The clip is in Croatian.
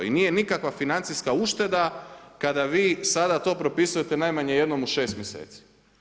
I nije nikakva financijska ušteda kada vi sada to propisujete najmanje jednom u 6 mjeseci.